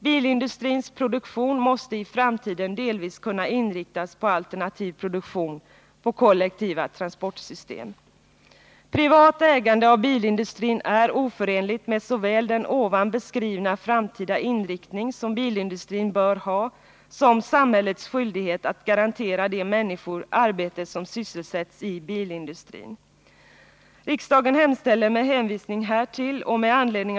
Bilindustrins produktion måste i framtiden delvis kunna inriktas på alternativ produktion, på kollektiva transportsystem. Privat ägande av bilindustri är oförenligt med såväl den nyss beskrivna framtida inriktning som bilindustrin bör ha som samhällets skyldighet att garantera de människor arbete som sysselsätts i bilindustrin. Herr talman!